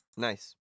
nice